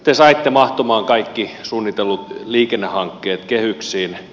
te saitte mahtumaan kaikki suunnitellut liikennehankkeet kehyksiin